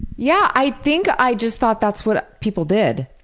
yeah i think i just thought that's what people did.